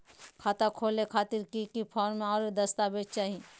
खाता खोले खातिर की की फॉर्म और दस्तावेज चाही?